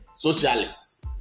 Socialists